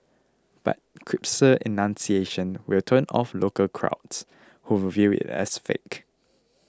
but crisper enunciation will turn off local crowds who view it as fake